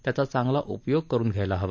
त्याचा चांगला उपयोग करुन घ्यायला हवा